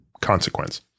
consequence